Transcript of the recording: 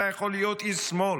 אתה יכול להיות איש שמאל,